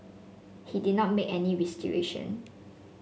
he did not make any restitution